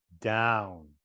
down